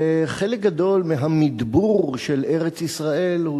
וחלק גדול מהמדבור של ארץ-ישראל הוא